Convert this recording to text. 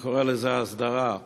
אני קורא לזה "הסדרה".